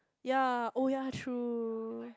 ya oh ya true